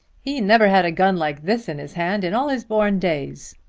he never had a gun like this in his hand in all his born days.